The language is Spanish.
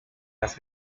las